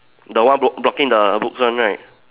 the one block blocking the books one right